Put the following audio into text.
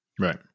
Right